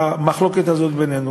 המחלוקת הזאת בינינו.